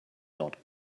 not